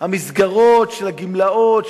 המסגרות של הגמלאות,